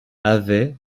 avait